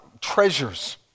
treasures